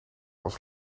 als